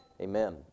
amen